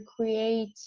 create